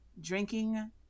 drinking